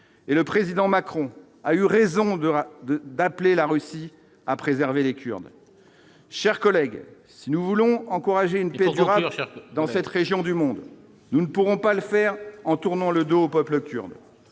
et le président Macron a eu raison de de d'appeler la Russie à préserver les Kurdes, chers collègues, si nous voulons encourager une peur du rapport Charpin dans cette région du monde, nous ne pourrons pas le faire en tournant le dos au peuple kurde,